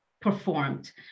performed